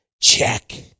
check